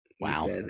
wow